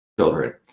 children